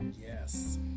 Yes